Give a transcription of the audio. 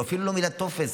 והוא אפילו לא מילא טופס,